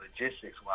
logistics